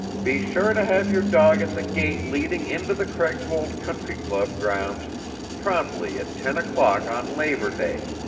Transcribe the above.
be sure to have your dog at the gate leading into the craigswold country club grounds promptly at ten o'clock on labor day.